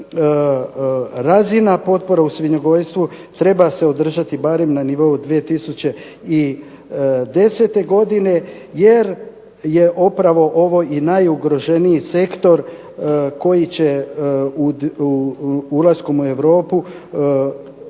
razina potpore u svinjogojstvu treba se održati barem na nivou 2010. godine jer je upravo ovo i najugroženiji sektor koji će ulaskom u Europu